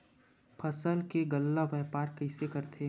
फसल के गल्ला व्यापार कइसे करथे?